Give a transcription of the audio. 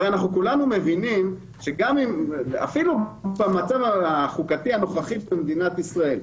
הרי כולנו מבינים שאפילו במצב החוקתי הנוכחי של מדינת ישראל.